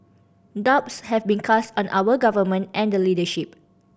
doubts have been cast on our Government and the leadership